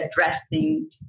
addressing